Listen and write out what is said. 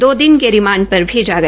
दो दिन के रिमांड पर भेजा गया